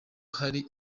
hari